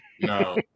No